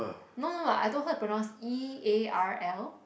no no no I told her to pronounce E_A_R_L